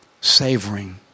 savoring